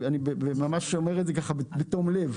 אני ממש אומר את זה בתום לב.